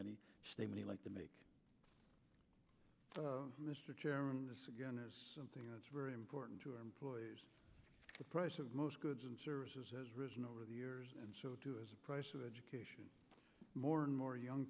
any statement like to make mr chairman something that's very important to our employers the price of most goods and services has risen over the years and so too is a price of education more and more young